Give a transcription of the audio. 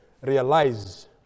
realize